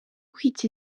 kwita